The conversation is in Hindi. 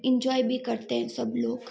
एन्जॉय भी करते हैं सब लोग